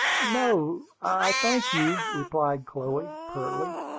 no, i thank you! replied chloe, pertly.